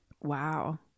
Wow